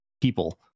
people